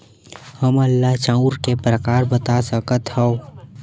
हमन ला चांउर के प्रकार बता सकत हव?